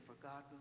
forgotten